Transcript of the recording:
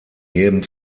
jedem